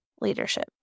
leadership